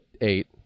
eight